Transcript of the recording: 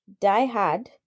diehard